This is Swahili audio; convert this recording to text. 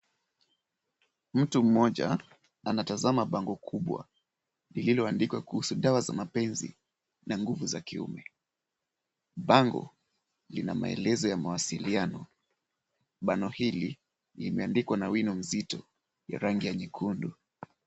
Mtu mmoja anatazama bango kubwa lililoandikwa, toba za mapenzi na nguvu za kiume. Bango , lina maelezo ya mawasiliano. Bango hili limeandikwa na wino mzito wa rangi ya nyekundu.